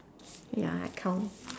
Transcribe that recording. wait ah I count